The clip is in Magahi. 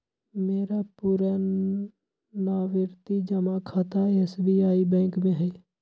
मेरा पुरनावृति जमा खता एस.बी.आई बैंक में हइ